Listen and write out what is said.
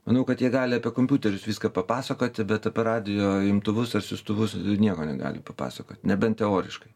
manau kad jie gali apie kompiuterius viską papasakoti bet apie radijo imtuvus ir siųstuvus nieko negali papasakot nebent teoriškai